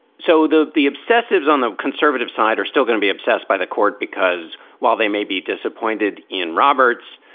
so the the obsessives on the conservative side are still going to be obsessed by the court, because while they may be disappointed in roberts,